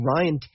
Ryan